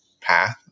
path